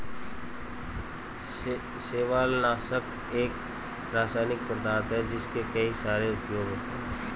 शैवालनाशक एक रासायनिक पदार्थ है जिसके कई सारे उपयोग होते हैं